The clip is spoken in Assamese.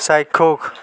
চাক্ষুষ